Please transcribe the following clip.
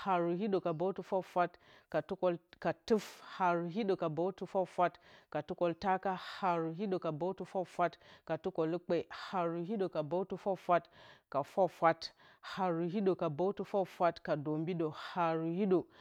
haru hiɗǝ ka bǝwtɨ fwafwat ka tuf haru hiɗǝ ka bǝwtɨ fwafwat ka tukǝltaka haru hiɗǝ ka bǝwtɨ fwafwat tukǝlukpe haru hiɗǝ ka bǝwtɨ fwafwat ka fwafwat haru hiɗǝ ka bǝwtɨ fwafwat ka dombidǝ haru hiɗǝ